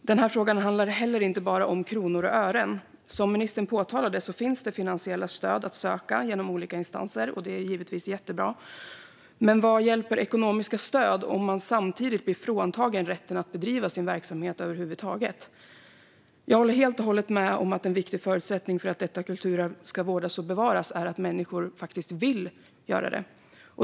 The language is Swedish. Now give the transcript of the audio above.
göra det.